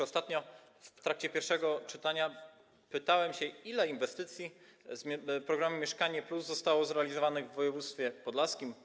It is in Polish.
Ostatnio w trakcie pierwszego czytania pytałem się, ile inwestycji z programu „Mieszkanie+” zostało zrealizowanych w województwie podlaskim.